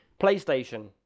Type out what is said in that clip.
PlayStation